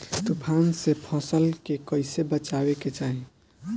तुफान से फसल के कइसे बचावे के चाहीं?